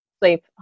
sleep